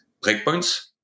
breakpoints